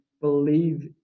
believe